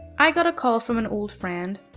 i got a call from an old friend.